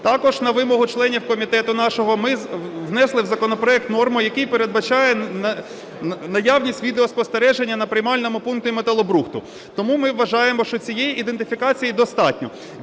Також на вимогу членів комітету нашого ми внесли в законопроект норму, яка передбачає наявність відеоспостереження на приймальному пункті металобрухту. Тому ми вважаємо, що цієї ідентифікації достатньо.